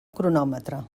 cronòmetre